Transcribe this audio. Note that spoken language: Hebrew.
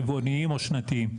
רבעוניים או שנתיים.